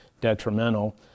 detrimental